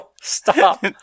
Stop